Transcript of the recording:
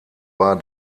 war